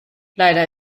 leider